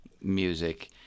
music